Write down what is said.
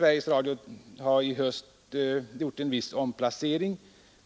Sveriges Radio har i höst gjort en viss omplacering,